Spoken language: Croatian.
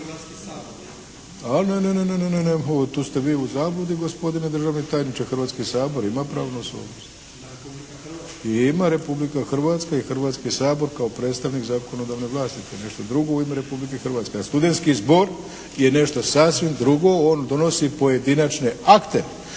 Hrvatski sabor ima pravnu osobnost i ima Republika Hrvatska i Hrvatski sabor kao predstavnik zakonodavne vlasti. To je nešto drugo u ime Republike Hrvatske, a studentski zbor je nešto sasvim drugo. On donosi pojedinačne akte